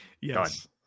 Yes